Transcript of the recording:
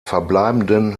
verbleibenden